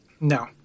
No